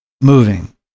moving